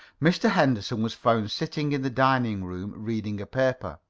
mr. henderson was found sitting in the dining-room, reading a paper.